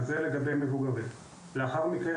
לאחר מכן,